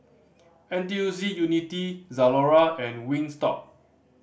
N T U C Unity Zalora and Wingstop